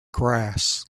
grass